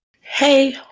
Hey